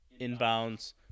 inbounds